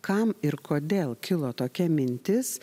kam ir kodėl kilo tokia mintis